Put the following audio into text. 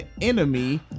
enemy